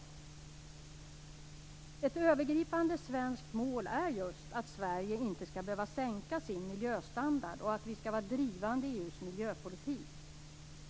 Ett övergripande svenskt mål är just att Sverige inte skall behöva sänka sin miljöstandard och att vi skall vara drivande i EU:s miljöpolitik.